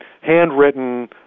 handwritten